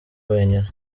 wenyine